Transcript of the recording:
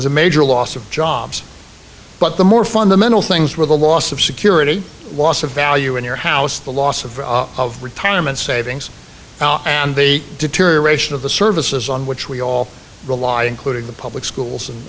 was a major loss of jobs but the more fundamental things were the loss of security loss of value in your house the loss of retirement savings and the deterioration of the services on which we all rely on clothing the public schools and